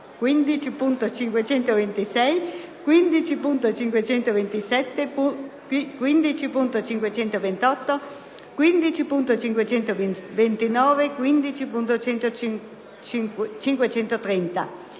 15.526, 15.527, 15.528, 15.529, 15.530,